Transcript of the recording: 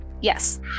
Yes